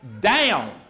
down